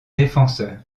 défenseur